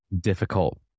difficult